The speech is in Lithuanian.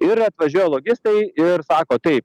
ir atvažiuoja logistai ir sako taip